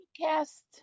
Cast